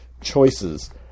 choices